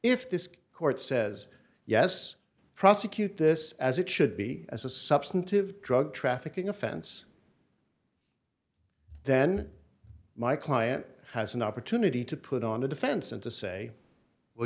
if this court says yes prosecute this as it should be as a substantive drug trafficking offense then my client has an opportunity to put on a defense and to say well